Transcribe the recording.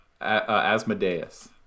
Asmodeus